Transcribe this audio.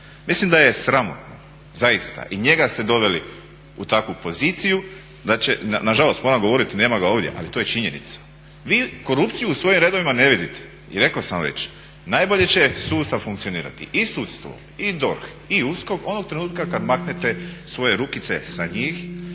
Mislim da je sramotno, zaista i njega ste doveli u takvu poziciju, nažalost moram govoriti, nema ga ovdje, ali to je činjenica. Vi korupciju u svojim redovima ne vidite i rekao sam već, najbolje će sustav funkcionirati i sudstvo i DORH i USKOK onog trenutka kad maknete svoje rukice sa njih